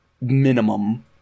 minimum